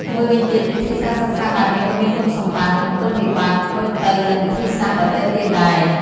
មួយវិញទៀតវិធីសាស្ត្រសិក្សាបែបនេះក៏មានគុណសម្បត្តិ និងគុណវិបត្តិដូចទៅនឹងវិធីសាស្ត្រដទៃទៀតដែរ។